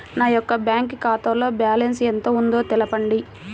నా యొక్క బ్యాంక్ ఖాతాలో బ్యాలెన్స్ ఎంత ఉందో తెలపండి?